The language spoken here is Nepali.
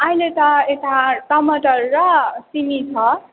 अहिले त यता टमाटर र सिमी छ